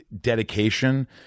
dedication